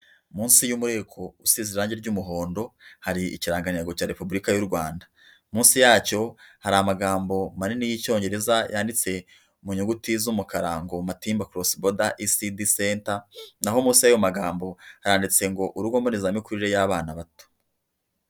Munsi y'umureko usize irangi ry'umuhondo, hari ikirangantego cya repubulika y'u Rwanda, munsi yacyo hari amagambo manini y'icyongereza yanditse mu nyuguti z'umukara ngo matimba korosi boda isidi senta, n'aho munsi y'ayo magambo haranditse ngo urugo mbonezamikurire y'abana bato.